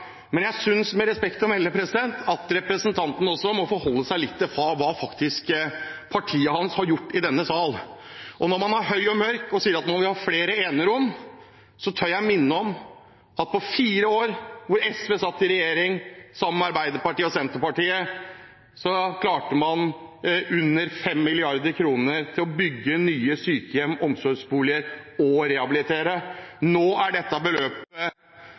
Jeg synes, med respekt å melde, at representanten også må forholde seg litt til hva partiet hans har gjort i denne sal. Når man er høy og mørk og sier at man vil ha flere enerom, tør jeg minne om at på fire år, da SV satt i regjering sammen med Arbeiderpartiet og Senterpartiet, klarte man å sette av under 5 mrd. kr til å bygge nye sykehjem og omsorgsboliger og å rehabilitere. Dette beløpet er